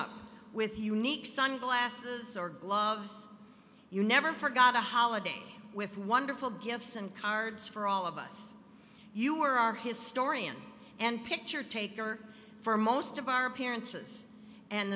up with unique sunglasses or gloves you never forgot a holiday with wonderful gifts and cards for all of us you were our historian and picture taker for most of our appearances and